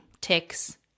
ticks